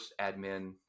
admin